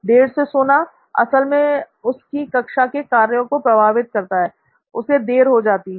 देर से सोना असल में उसकी कक्षा के कार्यों को प्रभावित करता है उसे देर हो जाती है